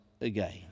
again